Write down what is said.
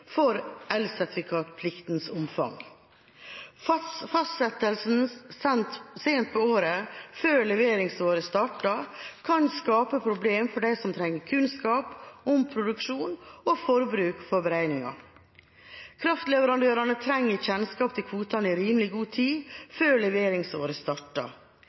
for elsertifikatpliktens omfang. Fastsettelse sent på året før leveringsåret starter, kan skape problemer for dem som trenger kunnskap om produksjon og forbruk for beregninger. Kraftleverandørene trenger kjennskap til kvotene i rimelig god tid før leveringsåret starter.